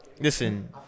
Listen